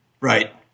Right